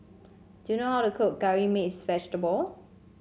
do you know how to cook Curry Mixed Vegetable